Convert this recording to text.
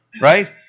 Right